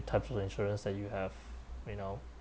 types of the insurance that you have you know